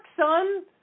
son